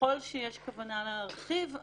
שככל שיש כוונה להרחיב,